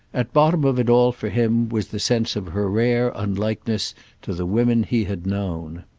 at bottom of it all for him was the sense of her rare unlikeness to the women he had known.